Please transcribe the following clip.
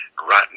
rotten